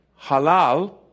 Halal